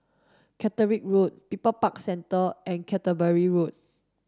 Caterick Road People's Park Centre and Canterbury Road